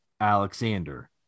Alexander